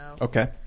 Okay